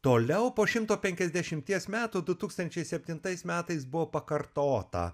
toliau po šimto penkiasdešimties metų du tūkstančiai septintais metais buvo pakartota